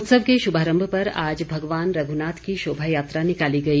उत्सव के शुभारम्भ पर आज भगवान रघुनाथ की शोभा यात्रा निकाली गई